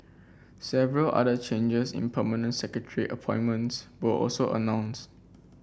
several other changes in permanent secretary appointments were also announced